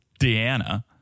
Deanna